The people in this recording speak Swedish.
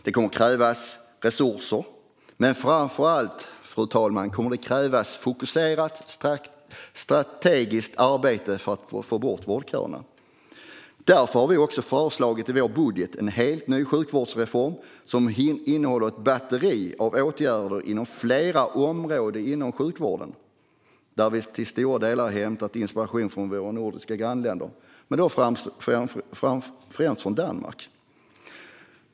Det kommer att krävas resurser. Men framför allt, fru talman, krävs det ett fokuserat och strategiskt arbete för att få bort vårdköerna. Därför har vi föreslagit i vår budget en helt ny sjukvårdsreform som innehåller ett batteri av åtgärder inom flera områden inom sjukvården. Där har vi i stora delar hämtat inspiration från våra nordiska grannländer, främst från Danmark.